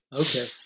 Okay